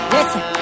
Listen